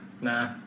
Nah